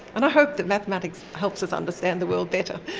and i hope that mathematics helps us understand the world better.